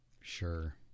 Sure